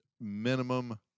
minimum